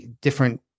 different